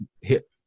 hit